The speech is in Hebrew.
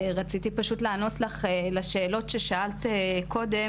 רציתי פשוט לענות לך לשאלות ששאלת קודם,